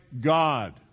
God